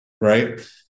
right